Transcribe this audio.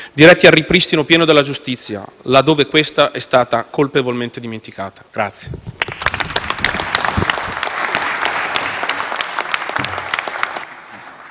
diretti al ripristino pieno della giustizia, laddove questa è stata colpevolmente dimenticata.